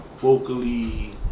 vocally